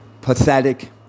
pathetic